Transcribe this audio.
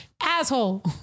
Asshole